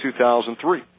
2003